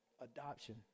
adoption